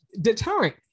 deterrent